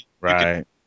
Right